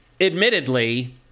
Admittedly